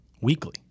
weekly